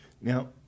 Now